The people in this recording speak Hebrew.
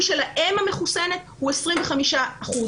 של האימא המחוסנת להידבק מהילד הוא 25 אחוזים.